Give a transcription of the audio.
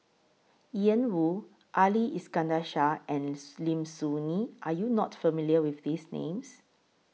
Ian Woo Ali Iskandar Shah and Lim Soo Ngee Are YOU not familiar with These Names